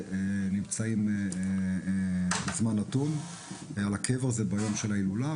איש שנמצאים על הקבר בזמן נתון ביום ההילולה,